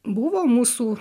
buvo mūsų